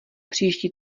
příští